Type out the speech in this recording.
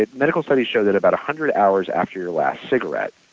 ah medical study shows that about a hundred hours after your last cigarette,